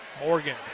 Morgan